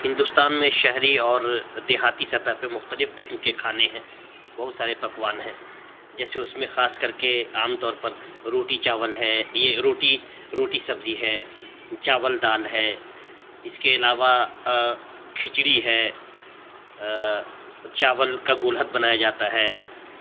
ہندوستان میں شہری اور دیہاتی سطح پہ مختلف قسم کے کھانے ہیں بہت سارے پکوان ہیں جیسے اس میں خاص کر کے عام طور پر روٹی چاول ہے یہ روٹی روٹی سبزی ہے چاول دال ہے اس کے علاوہ کھچڑی ہے چاول کا گولہد بنایا جاتا ہے